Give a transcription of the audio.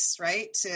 right